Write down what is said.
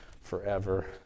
forever